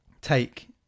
take